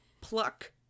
pluck